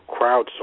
crowdsourcing